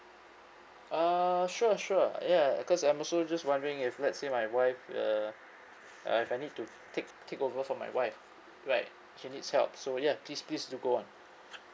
uh sure sure ya because I'm also just wondering if let's say my wife uh uh if I need to take take over from my wife right she needs help so yeah please please do go on